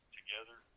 together